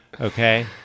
okay